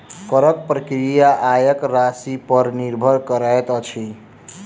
करक प्रक्रिया आयक राशिपर निर्भर करैत अछि